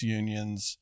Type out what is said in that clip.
unions